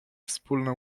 wspólne